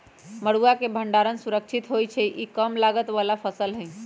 मरुआ के भण्डार सुरक्षित होइ छइ इ कम लागत बला फ़सल हइ